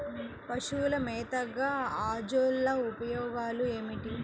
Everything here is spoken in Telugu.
పశువుల మేతగా అజొల్ల ఉపయోగాలు ఏమిటి?